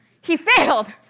he failed!